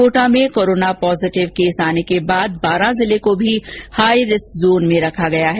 कोटा में corona positive case आने के बाद बारो जिले को भी हाई रिस्क जोन में रखा गया है